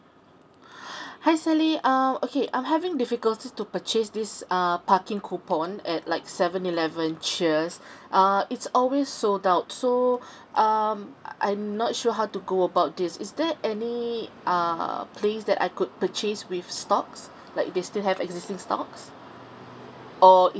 hi sally um okay um I'm having difficulties to purchase this err parking coupon at like seven eleven cheers uh it's always sold out so um I I'm not sure how to go about this is there any uh place that I could purchase with stocks like they still have existing stocks or is